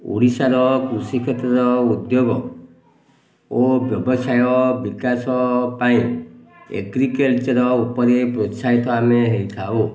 ଓଡ଼ିଶାର କୃଷି କ୍ଷେତ୍ର ଉଦ୍ୟୋଗ ଓ ବ୍ୟବସାୟ ବିକାଶ ପାଇଁ ଏଗ୍ରିକଲଚର୍ ଉପରେ ପ୍ରୋତ୍ସାହିତ ଆମେ ହେଇଥାଉ